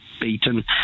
beaten